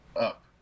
up